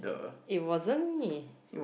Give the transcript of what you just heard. it wasn't me